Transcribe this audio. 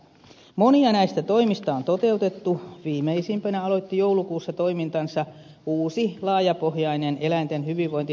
monia näistä toimista on toteutettu viimeisimpänä aloitti joulukuussa toimintansa uusi laajapohjainen tuotantoeläinten hyvinvoinnin neuvottelukunta